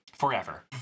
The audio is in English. Forever